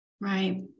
Right